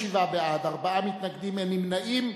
27 בעד, ארבעה מתנגדים, אין נמנעים.